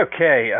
Okay